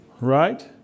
Right